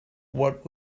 what